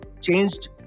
changed